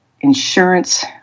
insurance